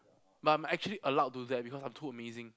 but I'm actually allowed to do that because I'm too amazing